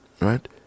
right